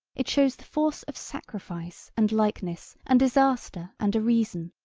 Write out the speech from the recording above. it shows the force of sacrifice and likeness and disaster and a reason.